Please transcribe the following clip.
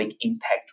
impact